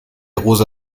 rosa